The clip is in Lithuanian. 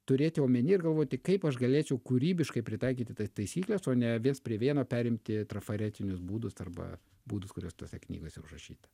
turėti omeny ir galvoti kaip aš galėčiau kūrybiškai pritaikyti tas taisykles o ne viens prie vieno perimti trafaretinius būdus arba būdus kuriuos tose knygose užrašyta